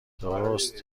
درست